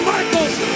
Michaels